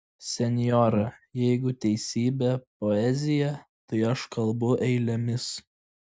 senjora jeigu teisybė poezija tai aš kalbu eilėmis